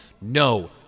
no